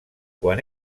quan